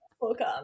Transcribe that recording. welcome